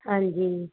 ਹਾਂਜੀ